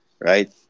right